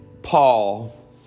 Paul